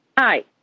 Hi